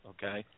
Okay